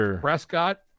Prescott